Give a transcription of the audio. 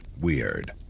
weird